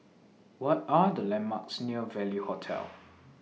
What Are The landmarks near Value Hotel